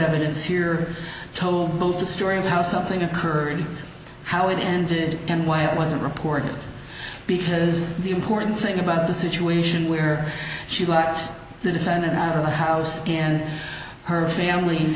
evidence here told both the story of how something occurred how it ended and why it wasn't reported because it is the important thing about the situation where she left the defendant out of the house and her family